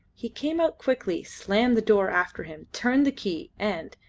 he came out quickly, slammed the door after him, turned the key, and,